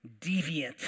deviant